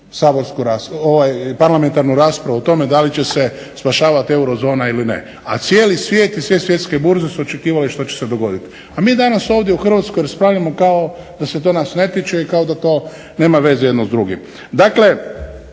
parlamentarnu raspravu o tome da li će se spašavati eurozona ili ne, a cijeli svijet i sve svjetske burze su očekivale što će se dogoditi, a mi danas ovdje u Hrvatskoj raspravljamo kao da se to nas ne tiče i kao da to nema veze jedno s drugim.